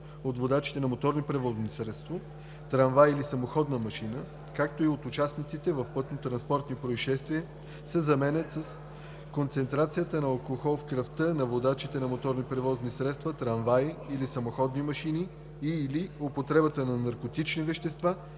от водачите на моторно превозно средство, трамвай или самоходна машина, както и от участниците в пътнотранспортни произшествия“ се заменят с „концентрацията на алкохол в кръвта на водачите на моторни превозни средства, трамваи или самоходни машини и/или употребата на наркотични вещества